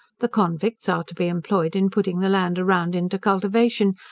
the convicts are to be employed in putting the land around into cultivation,